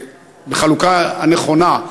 בחלוקה הנכונה,